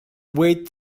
wait